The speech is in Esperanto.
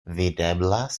videblas